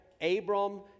Abram